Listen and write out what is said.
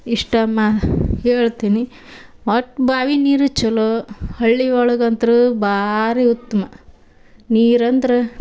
ಇಷ್ಟಮ್ಮ ಹೇಳ್ತೀನಿ ಒಟ್ಟು ಬಾವಿ ನೀರು ಚಲೋ ಹಳ್ಳಿಯೊಳ್ಗೆ ಅಂತೂ ಭಾರಿ ಉತ್ಮ ನೀರು ಅಂದ್ರೆ